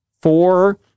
Four